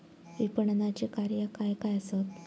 विपणनाची कार्या काय काय आसत?